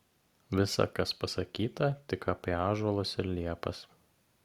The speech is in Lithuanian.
visa kas pasakyta tik apie ąžuolus ir liepas